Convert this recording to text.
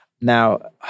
Now